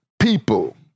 people